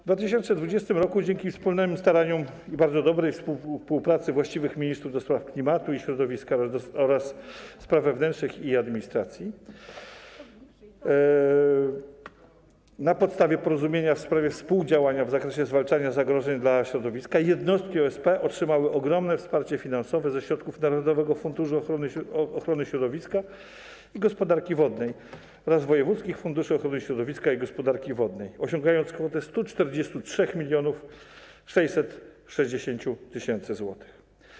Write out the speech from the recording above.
W 2020 r., dzięki wspólnym staraniom i bardzo dobrej współpracy właściwych ministrów: do spraw klimatu i środowiska oraz spraw wewnętrznych i administracji, na podstawie porozumienia w sprawie współdziałania w zakresie zwalczania zagrożeń dla środowiska jednostki OSP otrzymały ogromne wsparcie finansowe ze środków Narodowego Funduszu Ochrony Środowiska i Gospodarki Wodnej oraz wojewódzkich funduszy ochrony środowiska i gospodarki wodnej, chodzi o kwotę 143 660 tys. zł.